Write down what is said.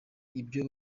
ibyo